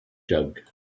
jug